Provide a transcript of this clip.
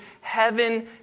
heaven